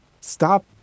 stop